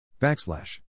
backslash